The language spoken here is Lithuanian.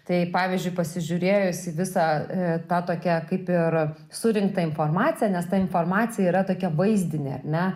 tai pavyzdžiui pasižiūrėjus į visą tą tokią kaip ir surinktą informaciją nes ta informacija yra tokia vaizdinė ar ne